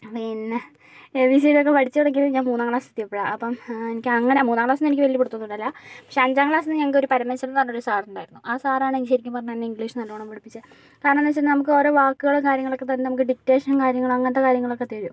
പിന്നെ എബിസിഡിയൊക്കെ പഠിച്ച് തുടങ്ങിയത് ഞാൻ മൂന്നാം ക്ലാസ്സെത്തിയപ്പോഴാണ് അപ്പം എനിക്കങ്ങനെ മൂന്നാം ക്ലാസ്സൊന്നും എനിക്കങ്ങനെ പിടുത്തം ഒന്നുമില്ല പക്ഷെ അഞ്ചാം ക്ലാസ്സിൽ നിന്ന് ഞങ്ങൾക്ക് പരമേശ്വരൻ എന്ന് പറഞ്ഞ സാറുണ്ടായിരുന്നു ആ സാറാണ് എനിക്ക് ശരിക്കും പറഞ്ഞ് കഴിഞ്ഞാൽ ഇംഗ്ലീഷ് നല്ലോണം പഠിപ്പിച്ചത് കാരണം എന്താന്ന് വച്ച് കഴിഞ്ഞാൽ നമുക്ക് ഓരോ വാക്കുകളും കാര്യങ്ങളൊക്കെ തന്നെ നമ്മക്ക് ഡിക്റ്റേഷൻ കാര്യങ്ങള് അങ്ങനത്തെ കാര്യങ്ങളൊക്കെ തരും